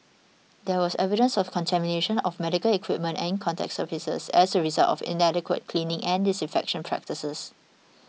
there was evidence of contamination of medical equipment and contact surfaces as a result of inadequate cleaning and disinfection practices